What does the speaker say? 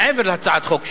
מעבר להצעת חוק שלי,